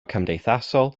cymdeithasol